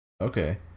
Okay